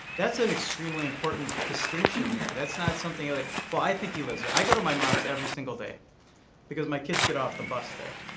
that's an extremely important distinction here. that's not something like well, i think he lives there. i go to my mom's every single day because my kids get off the bus there,